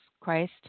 Christ